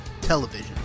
television